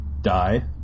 die